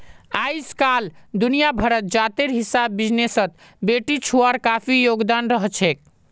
अइजकाल दुनिया भरत जातेर हिसाब बिजनेसत बेटिछुआर काफी योगदान रहछेक